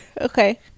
Okay